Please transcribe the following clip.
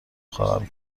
خواهم